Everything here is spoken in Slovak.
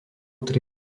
tri